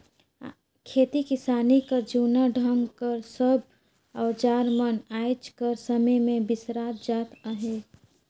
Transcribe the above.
खेती किसानी कर जूना ढंग कर सब अउजार मन आएज कर समे मे बिसरात जात अहे